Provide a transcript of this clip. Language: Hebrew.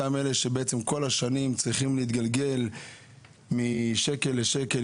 אותם אלה שכל השנים צריכים להתגלגל משקל לשקל,